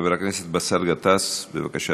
חבר הכנסת באסל גטאס, בבקשה,